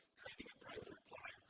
creating a private